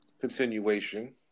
continuation